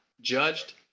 judged